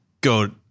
go